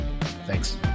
Thanks